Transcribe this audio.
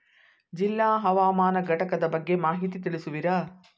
ಜಿಲ್ಲಾ ಹವಾಮಾನ ಘಟಕದ ಬಗ್ಗೆ ಮಾಹಿತಿ ತಿಳಿಸುವಿರಾ?